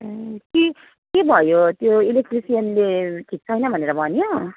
ए कि के भयो त्यो इलेक्ट्रिसियनले ठिक छैन भनेर भन्यो